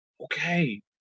Okay